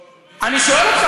לא מכיר אותו,